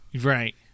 Right